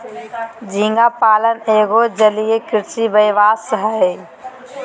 झींगा पालन एगो जलीय कृषि व्यवसाय हय